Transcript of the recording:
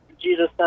Jesus